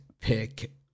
pick